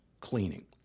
cleaning